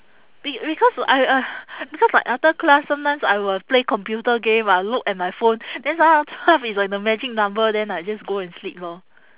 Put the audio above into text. be~ because I uh because like after class sometimes I will play computer game I'll look at my phone then sometimes twelve is like the magic number then I just go and sleep lor